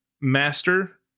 master